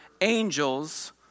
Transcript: angels